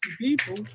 people